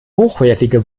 hochwertige